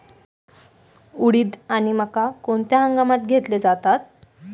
उडीद आणि मका कोणत्या हंगामात घेतले जातात?